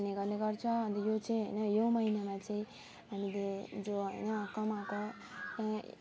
पनि गर्ने गर्छ अनि यो चाहिँ होइन यो महिनामा चाहिँ हामीले जो होइन कमाएको